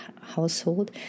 household